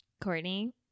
Courtney